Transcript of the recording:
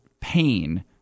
pain